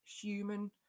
human